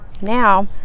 now